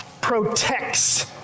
protects